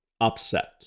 upset